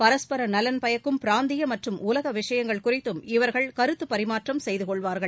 பரஸ்பர நலன் பயக்கும் பிராந்திய மற்றும் உலக விஷயங்கள் குறித்தும் இவர்கள் கருததுப் பரிமாற்றம் செய்து கொள்வாா்கள்